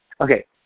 Okay